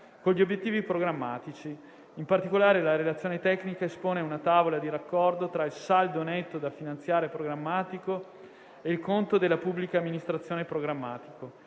con gli obiettivi programmatici. In particolare, la relazione tecnica espone una tavola di raccordo tra il saldo netto da finanziare programmatico e il conto della pubblica amministrazione programmatico,